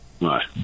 Right